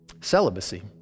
Celibacy